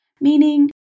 Meaning